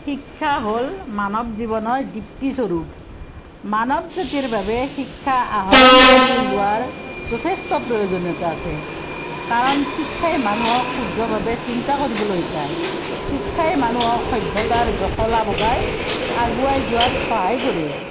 শিক্ষা হ'ল মানৱ জীৱনৰ দীপ্তিস্বৰূপ মানৱ জাতিৰ বাবে শিক্ষা আহৰণ কৰি লোৱাৰ যথেষ্ট প্ৰয়োজনীয়তা আছে কাৰণ শিক্ষাই মানুহক শুদ্ধভাৱে চিন্তা কৰিবলৈ শিকায় শিক্ষাই মানুহৰ সভ্যতাৰ জফলা বগাই আগুৱাই যোৱাত সহায় কৰে